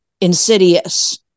Insidious